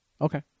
Okay